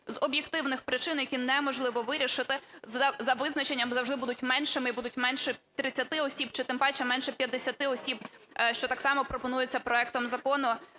з об'єктивних причин, які неможливо вирішити, за визначенням завжди будуть меншими і будуть менше від 30 осіб чи тим паче менше 50 осіб, що так само пропонується проектом закону